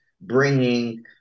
bringing